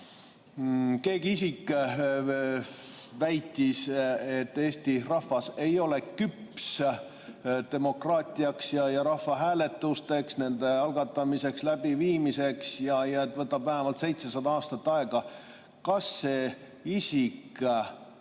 keegi isik väitis, et Eesti rahvas ei ole küps ei demokraatiaks ega rahvahääletuste algatamiseks ja läbiviimiseks ning see võtab vähemalt 700 aastat aega. Kas see isik